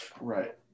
right